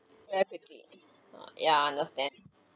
very quickly yeah understand